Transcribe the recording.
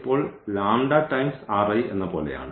ഇപ്പോൾ λ ടൈംസ് എന്ന പോലെയാണ്